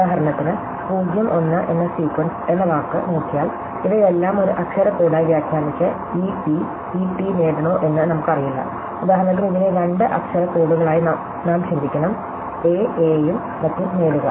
ഉദാഹരണത്തിന് 0 1 എന്ന സീക്വൻസ് എന്ന വാക്ക് നോക്കിയാൽ ഇവയെല്ലാം ഒരു അക്ഷര കോഡായി വ്യാഖ്യാനിച്ച് e t e t നേടണോ എന്ന് നമുക്കറിയില്ല ഉദാഹരണത്തിന് ഇതിനെ രണ്ട് അക്ഷര കോടുകളായി നാം ചിന്തിക്കണം a a ഉം മറ്റും നേടുക